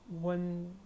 one